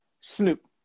Snoop